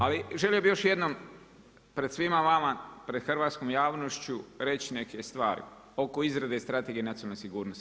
Ali želio bih još jednom pred svima vama, pred hrvatskom javnošću reći neke stvari oko izrade Strategije nacionalne sigurnosti.